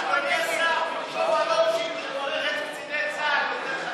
אדוני השר, במקום שתברך את קציני צה"ל, יותר חשוב.